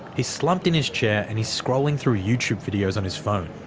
he's slumped in his chair and he's scrolling through youtube videos on his phone,